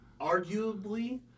arguably